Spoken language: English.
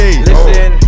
Listen